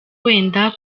wenda